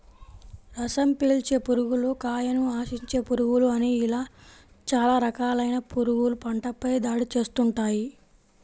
రసం పీల్చే పురుగులు, కాయను ఆశించే పురుగులు అని ఇలా చాలా రకాలైన పురుగులు పంటపై దాడి చేస్తుంటాయి